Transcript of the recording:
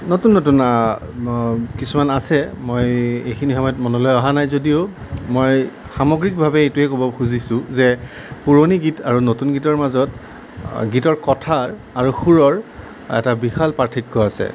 নতুন নতুন কিছুমান আছে মই এইখিনি সময়ত মনলৈ অহা নাই যদিও মই সামগ্ৰিকভাৱে এইটোৱেই ক'ব খুজিছোঁ যে পুৰণি গীত আৰু নতুন গীতৰ মাজত গীতৰ কথাৰ আৰু সুৰৰ এটা বিশাল পাৰ্থক্য আছে